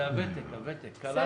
אפשר